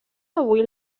avui